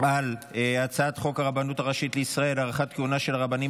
על הצעת חוק הרבנות הראשית לישראל (הארכת כהונה של הרבנים